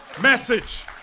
message